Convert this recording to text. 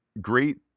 great